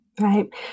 Right